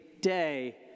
day